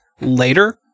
later